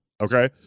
Okay